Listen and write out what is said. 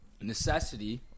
necessity